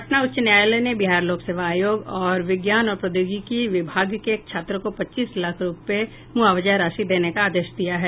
पटना उच्च न्यायालय ने बिहार लोक सेवा आयोग और विज्ञान और प्रौद्योगिकी विभाग को एक छात्र को पच्चीस लाख रूपये मुआवजा राशि देने का आदेश दिया है